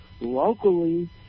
locally